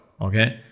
okay